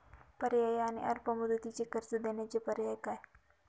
पर्यायी आणि अल्प मुदतीचे कर्ज देण्याचे पर्याय काय?